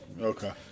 Okay